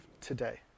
today